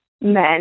men